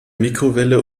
mikrowelle